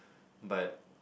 but